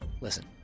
Listen